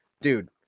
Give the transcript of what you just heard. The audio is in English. dude